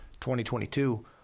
2022